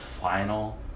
final